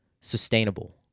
sustainable